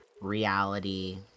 reality